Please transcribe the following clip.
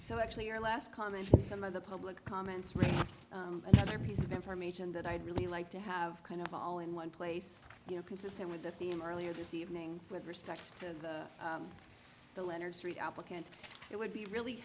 so actually your last comment some of the public comments really another piece of information that i'd really like to have kind of all in one place you know consistent with the theme earlier this evening with respect to the leonard street applicants it would be really